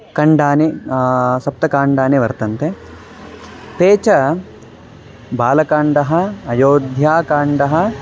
काण्डानि सप्तकाण्डानि वर्तन्ते ते च बालकाण्डम् अयोध्याकाण्डम्